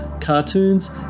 cartoons